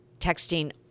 texting